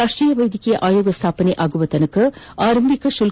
ರಾಷ್ಟೀಯ ವೈದ್ಯಕೀಯ ಆಯೋಗ ಸ್ಥಾಪನೆ ಆಗುವವರೆಗೆ ಆರಂಭಿಕ ಶುಲ್ಲ